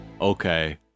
Okay